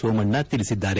ಸೋಮಣ್ಣ ತಿಳಿಸಿದ್ದಾರೆ